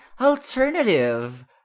alternative